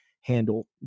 handle